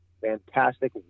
fantastic